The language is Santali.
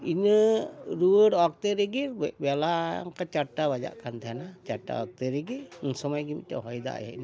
ᱤᱱᱟᱹ ᱨᱩᱣᱟᱹᱲ ᱚᱠᱛᱮ ᱨᱮᱜᱮ ᱠᱟᱹᱡ ᱵᱮᱞᱟ ᱚᱱᱠᱟ ᱪᱟᱨᱴᱟ ᱵᱟᱡᱟᱜ ᱠᱟᱱ ᱛᱟᱦᱮᱱᱟ ᱪᱟᱨᱴᱟ ᱚᱠᱛᱮ ᱨᱮᱜᱮ ᱩᱱ ᱥᱚᱢᱚᱭ ᱜᱮ ᱢᱤᱫᱴᱮᱡ ᱦᱚᱭ ᱫᱟᱜ ᱦᱮᱡ ᱮᱱᱟ